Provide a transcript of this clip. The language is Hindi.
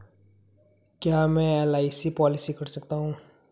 क्या मैं एल.आई.सी पॉलिसी कर सकता हूं?